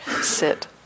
sit